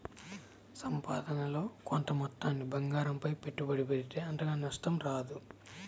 సంపాదనలో కొంత మొత్తాన్ని బంగారంపై పెట్టుబడి పెడితే అంతగా నష్టం రాదు